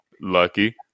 Lucky